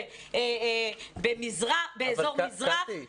באזור מזרח הגליל.